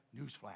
newsflash